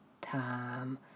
time